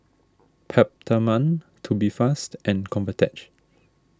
Peptamen Tubifast and Convatec